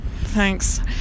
thanks